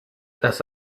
dass